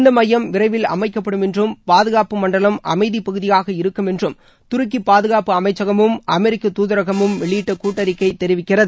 இந்த மையம் விரைவில் அமைக்கப்படும் என்றும் பாதுகாப்பு மண்டலம் அமைதி பகுதியாக இருக்கும் என்றும் துருக்கி பாதுகாப்பு அமைச்சகமும் அமெரிக்க தூதரகமும் வெளியிட்ட கூட்டறிக்கை தெரிவிக்கிறது